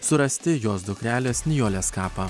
surasti jos dukrelės nijolės kapą